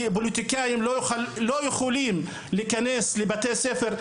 שפוליטיקאים לא יכולים להיכנס לבתי ספר,